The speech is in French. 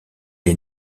est